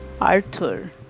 arthur